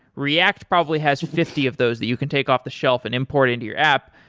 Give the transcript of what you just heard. react probably has fifty of those that you can take off the shelf and import into your app.